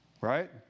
Right